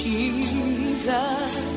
Jesus